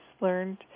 learned